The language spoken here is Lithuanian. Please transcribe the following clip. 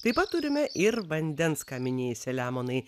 taip pat turime ir vandens ką minėjai selemonai